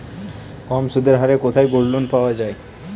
কম সুদের হারে কোথায় গোল্ডলোন পাওয়া য়ায়?